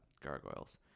gargoyles